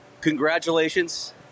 Congratulations